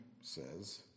says